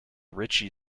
richie